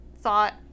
thought